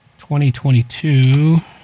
2022